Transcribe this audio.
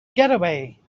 getaway